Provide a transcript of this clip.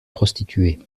prostituées